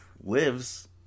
lives